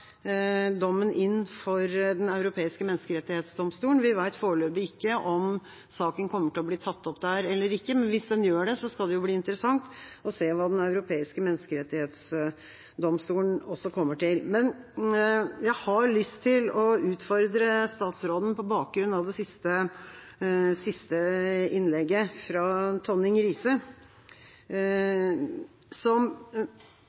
dommen inn for Den europeiske menneskerettighetsdomstolen. Vi vet foreløpig ikke om saken kommer til å bli tatt opp der eller ikke, men hvis den gjør det, skal det blir interessant å se hva Den europeiske menneskerettighetsdomstolen også kommer til. Jeg har lyst til å utfordre statsråden på bakgrunn av det siste innlegget, fra Tonning Riise,